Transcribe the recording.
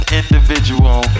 individual